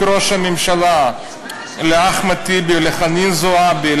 ראש הממשלה לאחמד טיבי או לחנין זועבי,